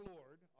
Lord